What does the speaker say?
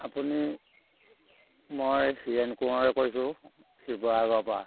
আপুনি মই হীৰেণ কোঁৱৰে কৈছোঁ শিৱসাগৰৰ পৰা